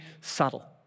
subtle